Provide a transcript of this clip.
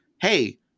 hey